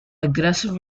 aggressive